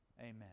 Amen